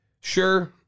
Sure